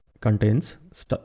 contains